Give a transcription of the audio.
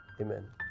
Amen